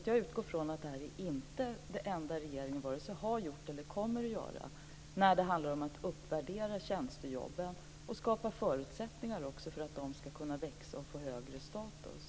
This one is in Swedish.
Jag utgår från att detta inte är det enda regeringen vare sig har gjort eller kommer att göra när det handlar om att uppvärdera tjänstejobben och skapa förutsättningar också för att de ska kunna öka och få högre status.